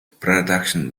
production